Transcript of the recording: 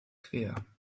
quer